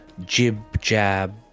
jib-jab